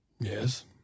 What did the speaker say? Yes